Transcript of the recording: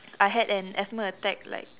I had an asthma attack like